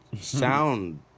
sound